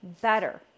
better